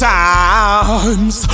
times